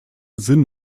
sinn